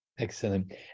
Excellent